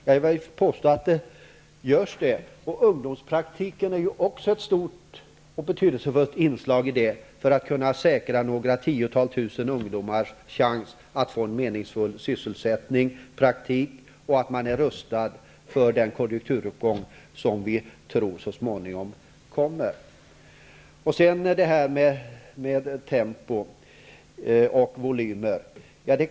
Det vill jag påstå. Ungdomspraktiken är ju också ett stort och betydelsefullt inslag i detta. Det handlar om att säkra några tiotusental ungdomars chans att få en meningsfull sysselsättning och att ge dem praktik så att man är rustad för den konjunkturuppgång som vi tror kommer så småningom. Så till frågan om tempo och volymer.